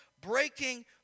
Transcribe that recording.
breaking